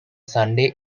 sunday